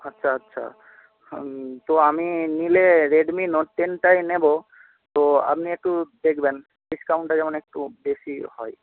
আচ্ছা আচ্ছা তো আমি নিলে রেডমি নোট টেনটাই নেব তো আপনি একটু দেখবেন ডিসকাউন্টটা যেন একটু বেশিই হয়